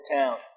town